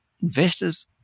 Investors